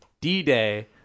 D-Day